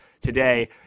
today